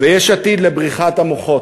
ויש עתיד לבריחת המוחות.